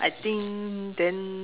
I think then